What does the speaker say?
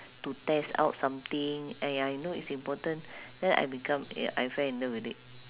to test out something !aiya! I know it's important then I become a~ I fell in love with it